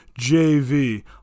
JV